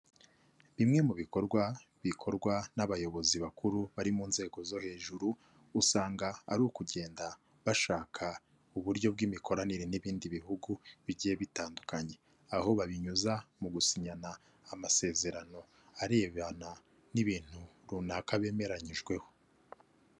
Bimwe mu bikorwa bikorwa n'abayobozi bakuru bari mu nzego zo hejuru, usanga ari ukugenda bashaka uburyo bw'imikoranire n'ibindi bihugu bigiye bitandukanye, aho babinyuza mu gusinyana amasezerano arebana n'ibintu runaka bemeranyijweho.